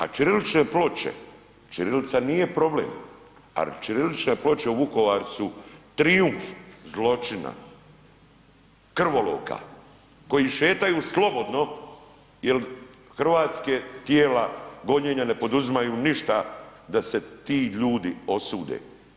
A ćirilične ploče, ćirilica nije problem, ali ćirilične ploče u Vukovaru su trijumf zločina, krvoloka koji šetaju slobodno jer hrvatske tijela gonjenja ne poduzimaju ništa da se ti ljudi osude.